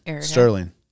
Sterling